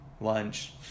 lunch